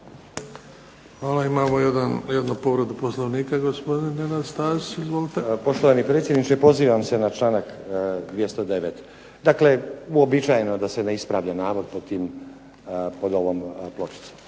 Hvala. Imamo jednu povredu Poslovnika. Gospodin Nenad Stazić, izvolite. **Stazić, Nenad (SDP)** Poštovani predsjedniče, pozivam se na članak 209. Dakle, uobičajeno je da se ne ispravlja navod pod tim, pod ovom